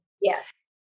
Yes